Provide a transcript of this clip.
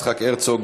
יצחק הרצוג,